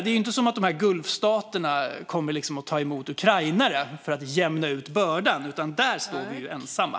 Det är inte så att Gulfstaterna kommer att ta emot ukrainare för att jämna ut bördan, utan där står vi ensamma.